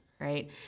right